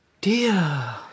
Dear